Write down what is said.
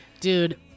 Dude